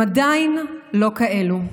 הם עדיין לא כאלה.